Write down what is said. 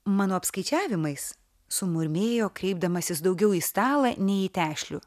mano apskaičiavimais sumurmėjo kreipdamasis daugiau į stalą nei į tešlių